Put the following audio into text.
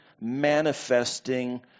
manifesting